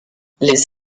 les